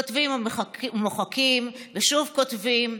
כותבים ומוחקים ושוב כותבים,